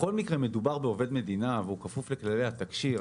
בכל מקרה מדובר בעובד מדינה והוא כפוף לכללי התקשי"ר.